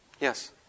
Yes